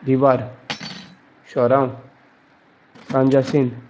दिवार शवराम सांज सिंंद